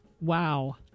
Wow